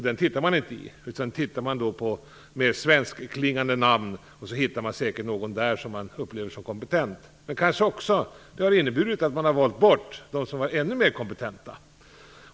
Den tittar man inte i, utan man tittar på mer svenskklingande namn och hittar säkert någon där som man upplever som kompetent. Men det kanske också har inneburit att man har valt bort dem som var ännu mer kompetenta.